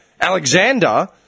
Alexander